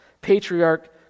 patriarch